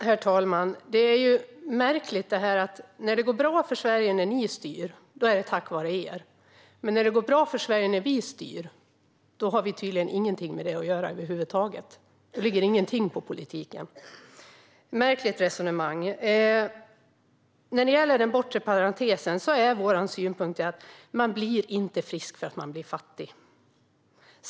Herr talman! Det är märkligt att när det går bra för Sverige när ni styr är det tack vare er, men när det går bra för Sverige när vi styr har vi tydligen ingenting över huvud taget med det att göra. Då bygger ingenting på politiken. Märkligt resonemang. När det gäller den bortre parentesen är vårt synsätt detta: Man blir inte frisk för att man blir fattig.